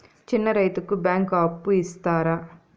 చిన్న రైతుకు బ్యాంకు అప్పు ఇస్తారా?